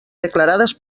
declarades